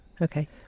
Okay